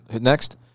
next